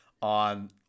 on